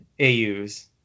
AU's